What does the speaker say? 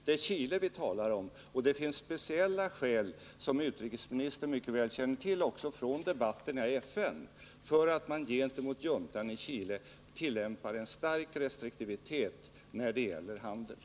Det är Chile vi talar om, och det finns speciella skäl— de känner utrikesministern mycket väl till också från debatten i FN - för att man gentemot juntan i Chile tillämpar en stark restriktivitet när det gäller handeln.